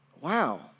wow